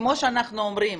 כמו שאנחנו אומרים,